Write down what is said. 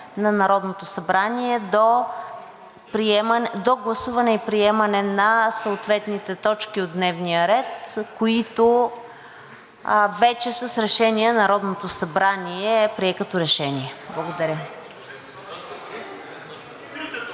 на Народното събрание до гласуване и приемане на съответните точки от дневния ред, които Народното събрание вече прие като решение. Благодаря.